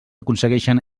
aconsegueixen